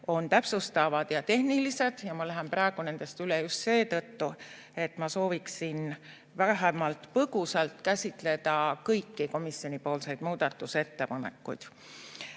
on täpsustavad ja tehnilised ja ma lähen praegu nendest üle just seetõttu, et ma sooviksin vähemalt põgusalt käsitleda kõiki komisjoni muudatusettepanekuid.